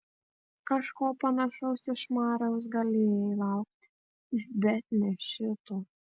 kažko panašaus iš mariaus galėjai laukti bet ne šito